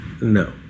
No